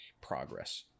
progress